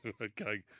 Okay